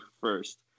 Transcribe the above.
first